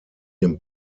den